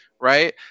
right